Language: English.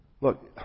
Look